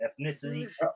Ethnicity